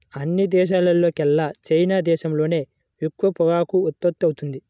అన్ని దేశాల్లోకెల్లా చైనా దేశంలోనే ఎక్కువ పొగాకు ఉత్పత్తవుతుంది